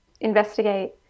investigate